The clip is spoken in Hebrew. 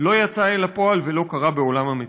לא יצא אל הפועל ולא קרה בעולם המציאות.